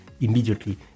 immediately